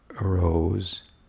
arose